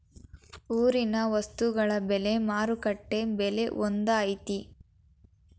ಊರಿನ ವಸ್ತುಗಳ ಬೆಲೆ ಮಾರುಕಟ್ಟೆ ಬೆಲೆ ಒಂದ್ ಐತಿ?